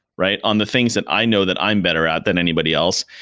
right? on the things that i know that i'm better at than anybody else,